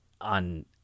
on